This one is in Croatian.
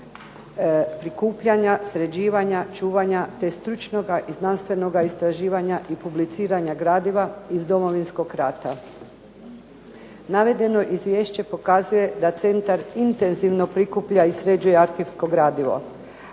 prikupljanja, sređivanja, čuvanja te stručnoga i znanstvenoga istraživanja i publiciranja gradiva iz Domovinskog rata. Navedeno izvješće pokazuje da centar intenzivno prikuplja i sređuje arhivsko gradivo.